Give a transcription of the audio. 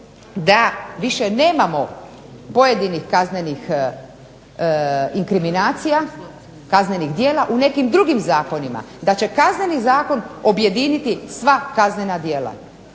da više nemamo pojedinih kaznenih inkriminacija, kaznenih djela u nekim drugim zakonima, da će Kazneni zakon objediniti sva kaznena djela.